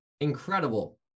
incredible